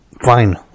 Fine